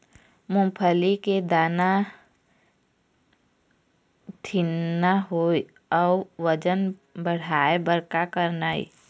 मूंगफली के दाना ठीन्ना होय अउ वजन बढ़ाय बर का करना ये?